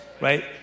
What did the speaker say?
right